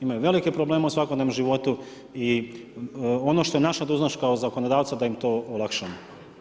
Imaju velike probleme u svakodnevnom životu i ono što je naša dužnost kao zakonodavca da im to olakšamo.